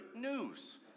news